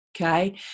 Okay